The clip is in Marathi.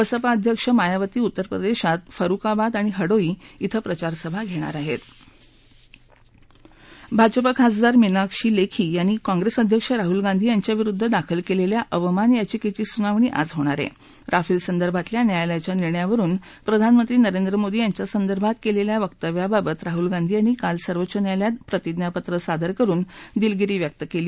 बसपा अध्यक्ष मायावती उत्तरप्रदध्येत फरुखाबाद आणि हडोई इथं प्रचार सभा घर्णिर आहस्त भाजप खासदार मिनाक्षी लखी यांनी काँग्रस्तीअध्यक्ष राहुल गांधी यांच्या विरुद्ध दाखल क्लिस्ता अवमान याचिक्छी सुनावणी आज होणार आहा विफलि संदर्भातल्या न्यायालयाच्या निर्णयावरुन प्रधानमंत्री नरेंद्र मोदी यांच्या संदर्भात क्लिल्खा वक्तव्याबाबत राहुल गांधी यांनी काल सर्वोच्च न्यायालयात प्रतिज्ञापत्र सादर करुन दिलगिरी व्यक्त कली